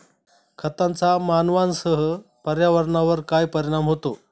खतांचा मानवांसह पर्यावरणावर काय परिणाम होतो?